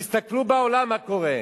תסתכלו בעולם, מה קורה.